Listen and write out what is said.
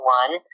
one